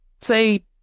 say